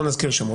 לא נזכיר שמות,